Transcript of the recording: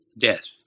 death